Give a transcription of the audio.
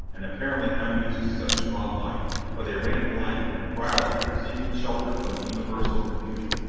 and apparently unused to such strong light, for they ran blindly, wildly seeking shelter from the universal confusion.